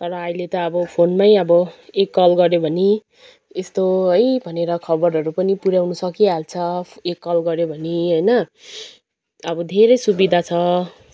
तर अहिले त अब फोनमै अब एक कल गऱ्योभने यस्तो है भनेर खबरहरू पनि पुऱ्याउनु सकिहाल्छ एक कल गऱ्योभने होइन अब धेरै सुविधा छ